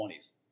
20s